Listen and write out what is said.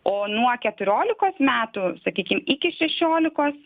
o nuo keturiolikos metų sakykim iki šešiolikos